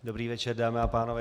Dobrý večer, dámy a pánové.